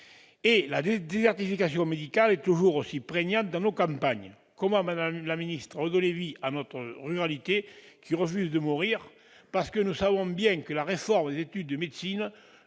Et la désertification médicale est toujours aussi prégnante dans nos campagnes ! Madame la ministre, comment redonner vie à notre ruralité qui refuse de mourir ? Nous savons bien que la réforme des études de médecine